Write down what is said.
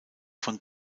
von